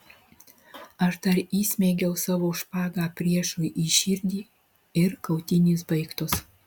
aš dar įsmeigiau savo špagą priešui į širdį ir kautynės baigtos